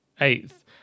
eighth